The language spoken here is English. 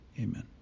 Amen